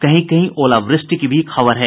कहीं कहीं ओलावृष्टि की भी खबर है